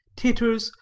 titters,